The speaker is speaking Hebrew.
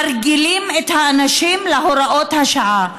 מרגילים את האנשים להוראות השעה,